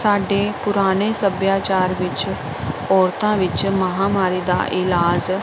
ਸਾਡੇ ਪੁਰਾਣੇ ਸੱਭਿਆਚਾਰ ਵਿੱਚ ਔਰਤਾਂ ਵਿੱਚ ਮਹਾਵਾਰੀ ਦਾ ਇਲਾਜ